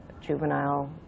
juvenile